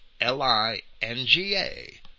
L-I-N-G-A